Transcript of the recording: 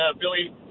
Billy